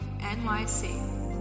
nyc